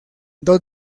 dos